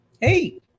Hey